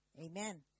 Amen